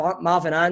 Marvin